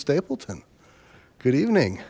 stapleton good evening